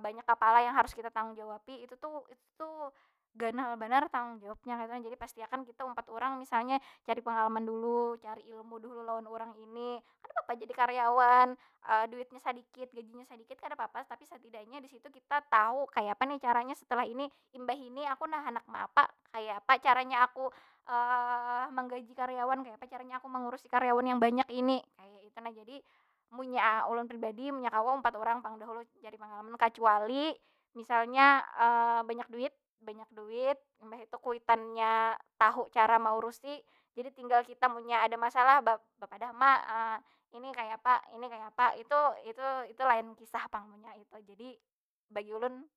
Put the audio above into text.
banyak kepala yang harus kita tanggung jawabi itu tu- itu tu ganal banar tanggung jawabnya kaytu nah. Jadi pasti akan ktia umpat urang misalnya cari pengalaman dulu, cari ilmu dahulu lawan urang ini. Kada papa jadi karyawan, duitnya sadikit, gajinya sadikit, kadapapa. Tapi satidaknya di situ kita tahu kayapa ni caranya setelah ini? Imbah ini aku nah handak maapa, kaya apa caranya aku menggaji karyawan? Kayapa caranya aku mengurusi karyawan yang banyak ini? Kaya itu nah. Jadi, munnya ulun pribadi, munnya kawa umpat urang pang dahulu, cari pangalaman. Kacuali misalnya banyak duit, banyak duit, imbah itu kuitannya tahu cara maurusi. Jadi tinggal kita munnya ada masalah, ba- bapadah. Ma ini kayapa, ini kayapa? Itu- itu- itu lain kisah pang, munnya itu. Jadi bagi ulun.